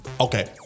Okay